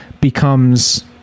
becomes